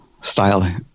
style